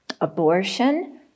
abortion